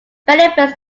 benefits